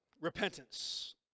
repentance